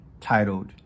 titled